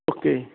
okay